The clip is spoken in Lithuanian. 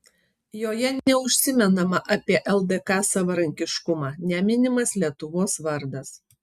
joje neužsimenama apie ldk savarankiškumą neminimas lietuvos vardas